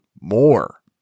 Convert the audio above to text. more